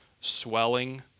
swelling